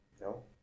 No